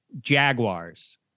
Jaguars